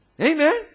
amen